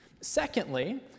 Secondly